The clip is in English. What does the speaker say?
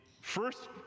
first